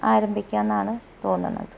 ആരംഭിക്കാനാണ് തോന്നുന്നത്